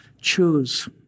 Choose